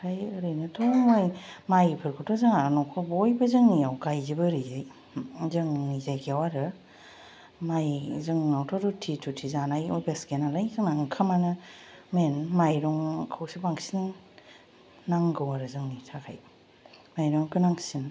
आमफ्राय एरैनोथ' माइ माइफोरखौथ' जोंना न'खराव बयनिआव गावजोबो आरैजाय जोंनि जायगायाव आरो माइ जोंनावथ' रुथि थुथि जानाय अइभास गैया नालाय जोंना ओंखामआनो मेइन माइरंखौसो बांसिन नांगौ आरो जोंनि थाखाय माइरंआ गोनांसिन